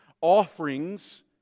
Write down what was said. offerings